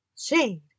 Shade